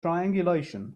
triangulation